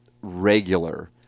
regular